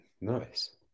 Nice